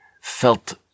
felt